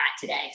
today